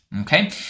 Okay